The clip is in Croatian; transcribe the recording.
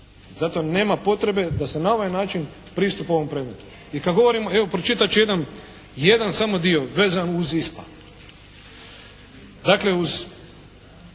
Zato nema potrebe da se na ovaj način pristupa ovom predmetu. I kad govorimo, evo pročitat ću jedan samo dio vezan uz ISPA. Dakle, uz